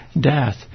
death